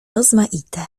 rozmaite